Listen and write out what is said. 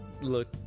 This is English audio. look